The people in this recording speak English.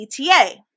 ETA